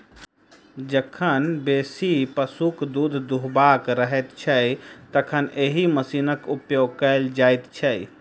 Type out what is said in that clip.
जखन बेसी पशुक दूध दूहबाक रहैत छै, तखन एहि मशीनक उपयोग कयल जाइत छै